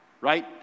right